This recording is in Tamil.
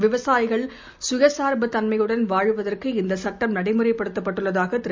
விவசாயிகள் சுயசார்புத் தன்மையுடனும் வாழுவதற்கு இந்தசட்டம் நடைமுறைப்படுத்தப்பட்டுள்ளதாகதிரு